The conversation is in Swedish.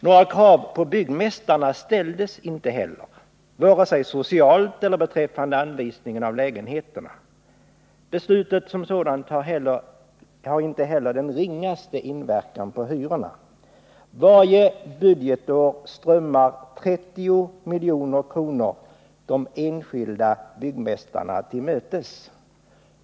Några krav på byggmästarna ställdes inte, vare sig socialt eller beträffande anvisningen av lägenheterna. Beslutet som sådant har inte heller den ringaste inverkan på hyrorna. Varje budgetår strömmar ca 30 milj.kr. de enskilda byggmästarna till mötes.